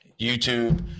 YouTube